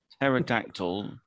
Pterodactyl